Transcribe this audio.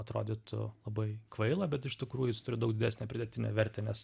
atrodytų labai kvaila bet iš tikrųjų jis turi daug didesnę pridėtinę vertę nes